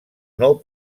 nou